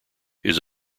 his